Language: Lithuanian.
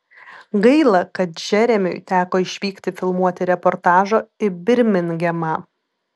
gaila kad džeremiui teko išvykti filmuoti reportažo į birmingemą